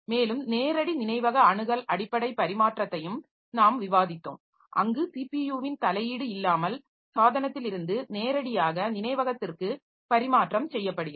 மேலும் நேரடி நினைவக அணுகல் அடிப்படை பரிமாற்றத்தையும் நாம் விவாதித்தோம் அங்கு ஸிபியுவின் தலையீடு இல்லாமல் சாதனத்திலிருந்து நேரடியாக நினைவகத்திற்கு பரிமாற்றம் செய்யப்படுகிறது